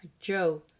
Joe